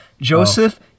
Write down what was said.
Joseph